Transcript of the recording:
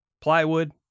plywood